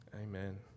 Amen